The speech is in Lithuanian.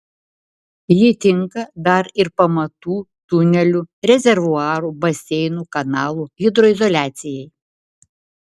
ji tinka dar ir pamatų tunelių rezervuarų baseinų kanalų hidroizoliacijai